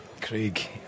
Craig